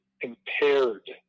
impaired